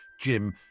Jim